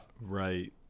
Right